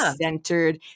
centered